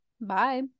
bye